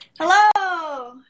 Hello